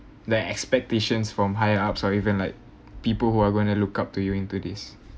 that expectations from higher ups or even like people who are going to look up to you into this